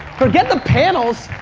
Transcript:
forget the panels.